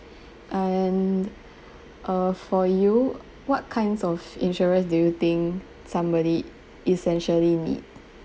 uh and err for you what kinds of insurance do you think somebody essentially need